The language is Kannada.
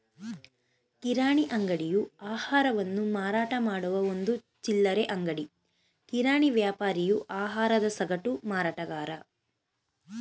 ಕಿರಾಣಿ ಅಂಗಡಿಯು ಆಹಾರವನ್ನು ಮಾರಾಟಮಾಡುವ ಒಂದು ಚಿಲ್ಲರೆ ಅಂಗಡಿ ಕಿರಾಣಿ ವ್ಯಾಪಾರಿಯು ಆಹಾರದ ಸಗಟು ಮಾರಾಟಗಾರ